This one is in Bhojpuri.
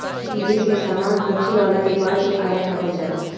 विदेश में सामान होखे वाला व्यापार के आयात कहल जाला